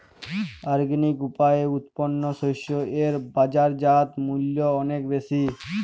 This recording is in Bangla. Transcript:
অর্গানিক উপায়ে উৎপন্ন শস্য এর বাজারজাত মূল্য অনেক বেশি